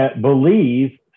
believe